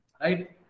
Right